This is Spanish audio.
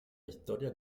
historia